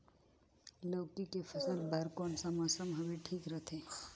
लौकी के फसल बार कोन सा मौसम हवे ठीक रथे?